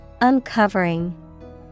Uncovering